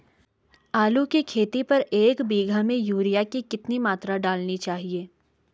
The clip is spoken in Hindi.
आलू की खेती पर एक बीघा में यूरिया की कितनी मात्रा डालनी चाहिए?